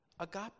Agape